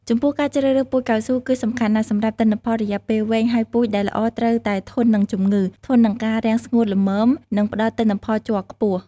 ចំពោះការជ្រើសរើសពូជកៅស៊ូគឺសំខាន់ណាស់សម្រាប់ទិន្នផលរយៈពេលវែង ហើយពូជដែលល្អត្រូវតែធន់នឹងជំងឺ ធន់នឹងការរាំងស្ងួតល្មម និងផ្តល់ទិន្នផលជ័រខ្ពស់។